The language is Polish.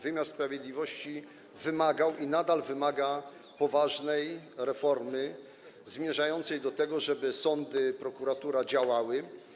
Wymiar sprawiedliwości wymagał i nadal wymaga poważnej reformy zmierzającej do tego, żeby sądy i prokuratura działały.